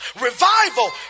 revival